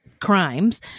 crimes